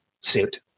suit